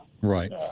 Right